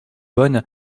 bonne